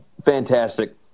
Fantastic